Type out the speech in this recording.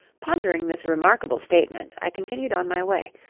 pondering this remarkable statement, i continued on my way,